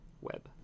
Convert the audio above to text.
web